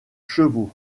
chevaux